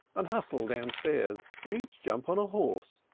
and hustle downstairs, and each jump on a horse!